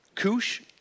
Kush